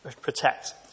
protect